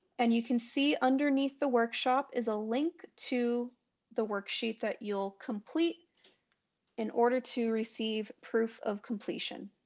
and you can see underneath the workshop is a link to the worksheet that you'll complete in order to receive proof of completion.